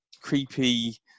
creepy